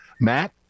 Matt